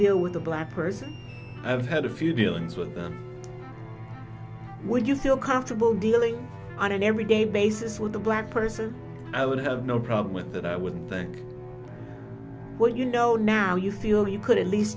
deal with a black person i've had a few dealings with them when you feel comfortable dealing on an everyday basis with a black person i would have no problem with that i would think what you know now you feel you could at least